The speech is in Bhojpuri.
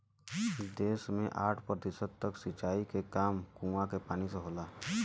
देस में साठ प्रतिशत तक सिंचाई के काम कूंआ के पानी से होला